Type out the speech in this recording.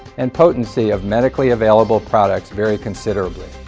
and potency of medically available products vary considerably.